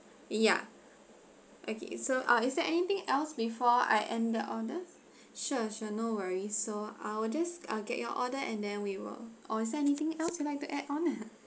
ya okay so uh is there anything else before I end the orders sure sure no worries so I'll just uh get your order and then we will or is there anything else you'd like to add on